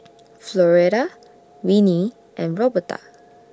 Floretta Winnie and Roberta